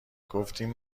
گفتین